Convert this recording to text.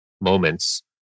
moments